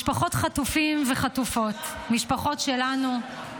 משפחות חטופים וחטופות, משפחות שלנו,